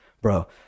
bro